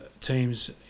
teams